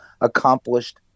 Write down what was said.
accomplished